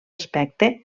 aspecte